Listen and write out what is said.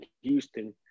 Houston